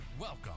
Welcome